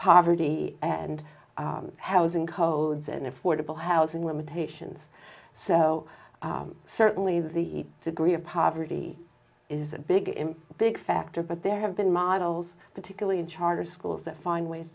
poverty and housing codes in affordable housing limitations so certainly the degree of poverty is a big big factor but there have been models particularly in charter schools that find ways